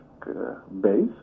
Base